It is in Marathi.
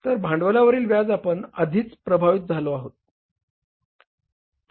तर भांडवलावरील व्याजाने आपण आधीच प्रभावित झालो आहोत